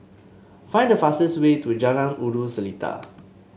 find the fastest way to Jalan Ulu Seletar